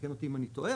תקן אותי אם אני טועה,